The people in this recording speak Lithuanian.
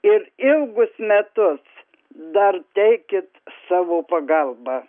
ir ilgus metus dar teikit savo pagalbą